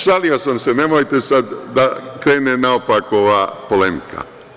Šalio sam se, nemojte sad da krene naopako ova polemika.